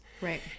right